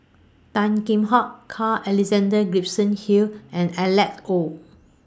Tan Kheam Hock Carl Alexander Gibson Hill and Alank Oei